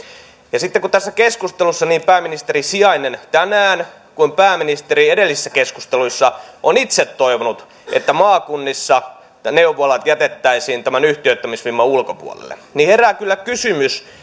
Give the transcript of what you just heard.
ja sitten kun tässä keskustelussa niin pääministerin sijainen tänään kuin pääministeri edellisissä keskusteluissa ovat itse toivoneet että maakunnissa neuvolat jätettäisiin tämän yhtiöittämisvimman ulkopuolelle niin herää kyllä kysymys